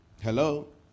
Hello